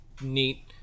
neat